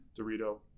Dorito